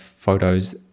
photos